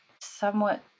somewhat